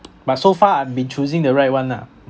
but so far I've been choosing the right one ah